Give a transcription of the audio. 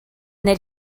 that